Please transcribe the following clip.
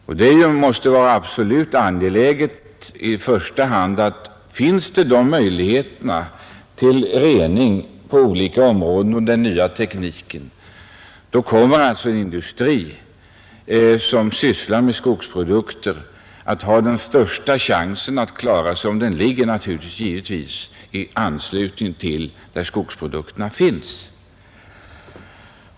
Om den nya tekniken ger möjlighet till rening på olika sätt, kommer givetvis den industri som sysslar med skogsprodukter att ha största chansen att klara sig om den ligger i anslutning till det område där skogsprodukterna finns.